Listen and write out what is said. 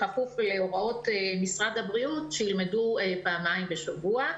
בכפוף להוראות משרד הבריאות שילמדו פעמיים בשבוע,